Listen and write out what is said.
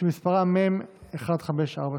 שמספרה מ/1542.